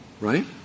right